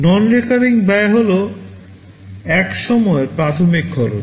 non recurring ব্যয় হল এক সময়ের প্রাথমিক খরচ